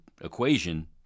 equation